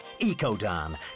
EcoDan